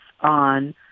on